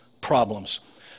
problems